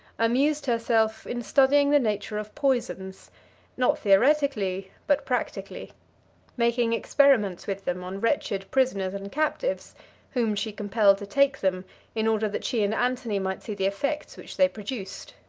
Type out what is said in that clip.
amused herself in studying the nature of poisons not theoretically, but practically making experiments with them on wretched prisoners and captives whom she compelled to take them in order that she and antony might see the effects which they produced.